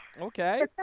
Okay